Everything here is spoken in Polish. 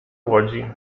łodzi